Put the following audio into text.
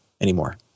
anymore